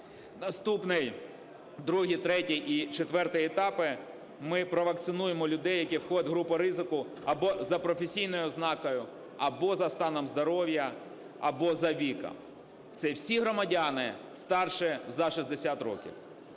Наступний другий, третій і четвертий етапи. Ми провакцинуємо людей, які входять в групу ризику або за професійною ознакою, або за станом здоров'я, або за віком. Це всі громадяни старше за 60 років.